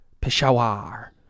Peshawar